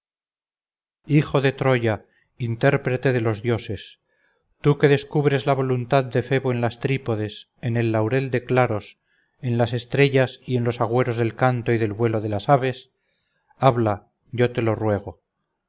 hijo de troya intérprete de los dioses tú que descubres la voluntad de febo en las trípodes en el laurel de claros en las estrellas y en los agüeros del canto y del vuelo de las aves habla yo te lo ruego